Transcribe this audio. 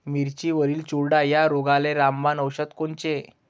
मिरचीवरील चुरडा या रोगाले रामबाण औषध कोनचे?